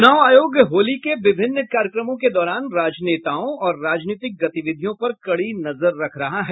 चूनाव आयोग होली के विभिन्न कार्यक्रमों के दौरान राजनेताओं और राजनीतिक गतिविधियों पर कड़ी नजर रख रहा है